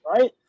right